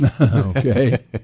Okay